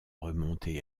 remontés